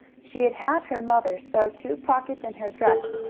she had had her mother sew two pockets in her dress,